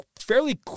fairly